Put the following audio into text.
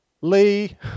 Lee